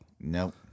Nope